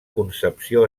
concepció